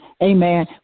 Amen